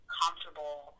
comfortable